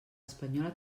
espanyola